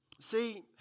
See